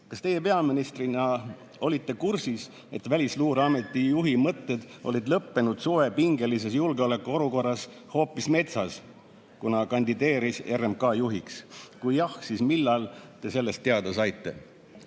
kas teie peaministrina olite kursis, et Välisluureameti juhi mõtted olid lõppenud suve pingelises julgeolekuolukorras hoopis metsas, kuna kandideeris RMK juhiks? Kui jah, siis millal te sellest teada saite?